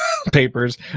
Papers